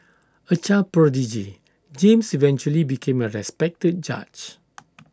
A child prodigy James eventually became A respected judge